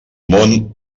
món